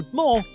more